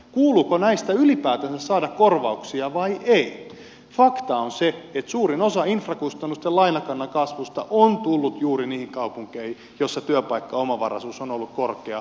kuuluuko näistä ylipäätänsä saada korvauksia vai ei fakta on se että suurin osa infrakustannusten lainakannan kasvusta on tullut juuri niihin kaupunkeihin joissa työpaikkaomavaraisuus on ollut korkea